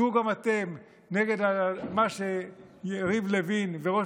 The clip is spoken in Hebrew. צאו גם אתם נגד מה שיריב לוין וראש